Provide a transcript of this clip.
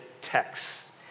texts